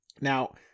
Now